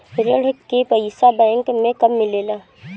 ऋण के पइसा बैंक मे कब मिले ला?